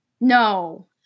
No